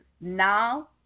now